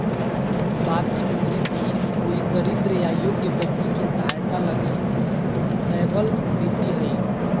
वार्षिक भृति कोई दरिद्र या योग्य व्यक्ति के सहायता लगी दैबल भित्ती हइ